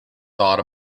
thought